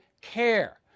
care